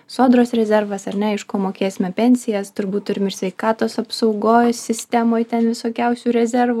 sodros rezervas ar ne iš ko mokėsime pensijas turbūt turim ir sveikatos apsaugoj sistemoj ten visokiausių rezervų